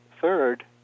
third